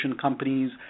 companies